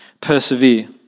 persevere